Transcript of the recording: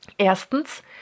Erstens